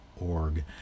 org